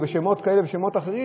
ובשמות כאלה ובשמות אחרים,